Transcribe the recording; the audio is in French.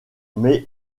met